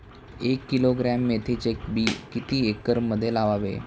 एक किलोग्रॅम मेथीचे बी किती एकरमध्ये लावावे?